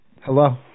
Hello